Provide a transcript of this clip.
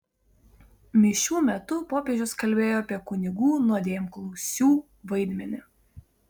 mišių metu popiežius kalbėjo apie kunigų nuodėmklausių vaidmenį